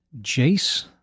Jace